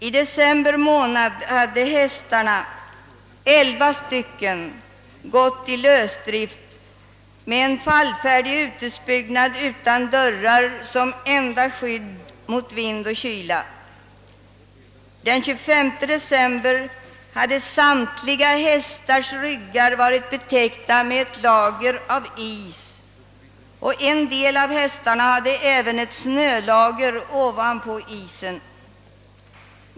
I december månad hade hästarna — elva stycken — gått i lösdrift med en fallfärdig uthusbyggnad utan dörrar som enda skydd mot vind och kyla. Den 25 december hade ryggen på samtliga hästar varit täckt med ett lager av is och vissa av hästarna hade även ett snölager ovanpå isen.